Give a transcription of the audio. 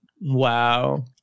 Wow